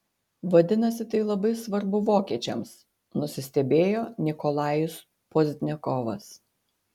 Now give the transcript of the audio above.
vadinasi tai labai svarbu vokiečiams nusistebėjo nikolajus pozdniakovas